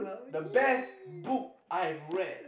the best book I've read